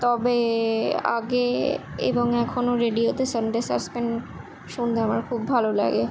তবে আগে এবং এখনো রেডিওতে সানডে সাসপেন্স শুনতে আমার খুব ভালো লাগে